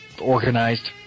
organized